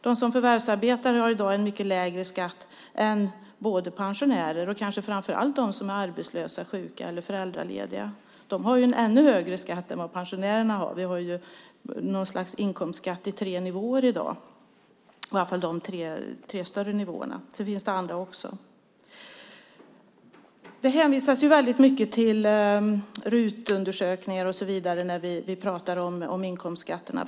De som förvärvsarbetar har i dag en mycket lägre skatt än både pensionärer och kanske framför allt de som är arbetslösa, sjuka eller föräldralediga. De har en ännu högre skatt än vad pensionärerna har. Vi har något slags inkomstskatt i tre nivåer i dag, i varje fall de tre större nivåerna. Sedan finns det andra också. Det hänvisas väldigt mycket till undersökningar från riksdagens utredningstjänst och så vidare när vi pratar om inkomstskatterna.